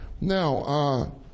Now